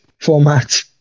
format